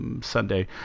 Sunday